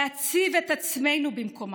להציב את עצמנו במקומם,